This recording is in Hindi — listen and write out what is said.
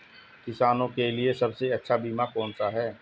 किसानों के लिए सबसे अच्छा बीमा कौन सा है?